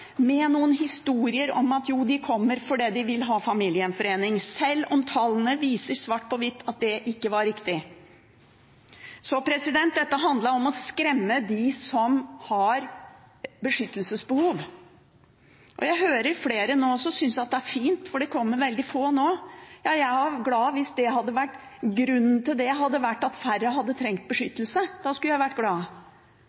med noen historier om at de kommer fordi de vil ha familiegjenforening, selv om tallene viser svart på hvitt at det ikke er riktig. Dette handlet om å skremme dem som har beskyttelsesbehov. Jeg hører flere som synes at det er fint, for det kommer veldig få nå. Jeg ville være glad hvis grunnen til det hadde vært at færre hadde trengt